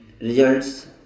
results